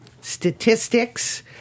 statistics